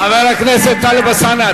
חבר הכנסת טלב אלסאנע,